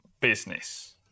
business